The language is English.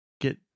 get